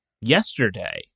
yesterday